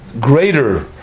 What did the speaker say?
greater